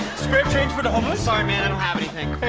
spare change for the homeless? sorry man,